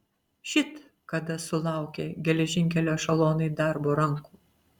šit kada sulaukė geležinkelio ešelonai darbo rankų